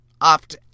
opt